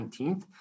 19th